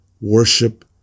Worship